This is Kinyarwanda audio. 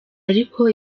ariko